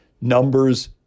numbers